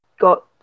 got